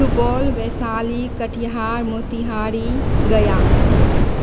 Supaul Vaishali Katihar Motihari Gaya